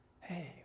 Hey